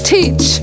Teach